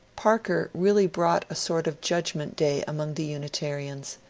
parker really brought a sort of judgment day among the unitarians,